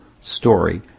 story